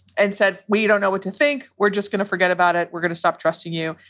and said, we don't know what to think. we're just going to forget about it. we're going to stop trusting you.